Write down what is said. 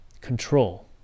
control